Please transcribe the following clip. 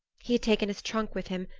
he had taken his trunk with him,